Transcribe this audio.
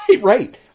Right